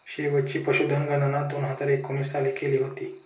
शेवटची पशुधन गणना दोन हजार एकोणीस साली केली होती